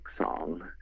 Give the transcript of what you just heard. song